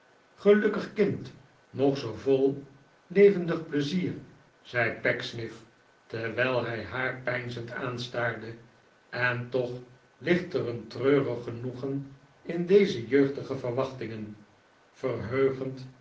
gelukkig kind nog zoo vol levendig pleizier zei pecksniff terwijl hij haar peinzend aanstaarde en toch ligt er een treurig genoegen in deze jeugdige verwachtingen verheugend